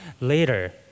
later